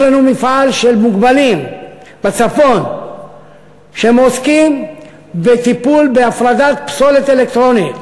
יש לנו מפעל של מוגבלים בצפון שמועסקים בטיפול בהפרדה אלקטרונית.